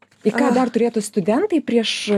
į ką dar turėtų studentai prieš